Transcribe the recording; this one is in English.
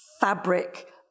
fabric